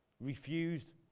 Refused